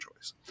choice